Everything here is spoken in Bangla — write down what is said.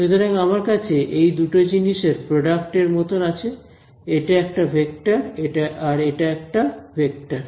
সুতরাং আমার কাছে এটা দুটো জিনিসের প্রোডাক্ট এর মতন আছে এটা একটা ভেক্টর এটা আর একটা ভেক্টর